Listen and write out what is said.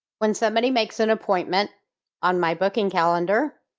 when somebody makes an appointment on my booking calendar,